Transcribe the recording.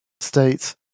states